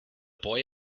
boy